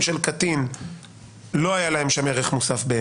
שבהם יש קטין לא באמת היה להם שם ערך מוסף.